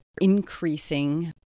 increasing